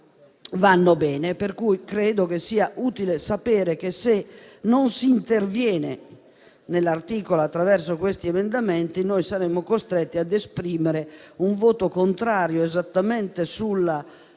vanno bene. Per cui credo che sia utile sapere che, se non si interviene sull'articolo attraverso questi emendamenti, noi saremo costretti a esprimere un voto contrario esattamente sul